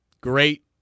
great